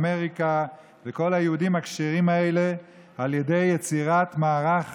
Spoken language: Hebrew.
אמריקה וכל היהודים הכשרים האלה על ידי יצירת מערך